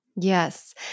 Yes